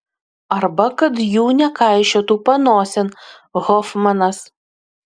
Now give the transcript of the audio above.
arba kad jų nekaišiotų panosėn hofmanas